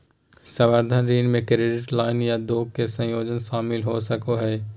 संबंद्ध ऋण में क्रेडिट लाइन या दो के संयोजन शामिल हो सको हइ